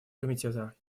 комитета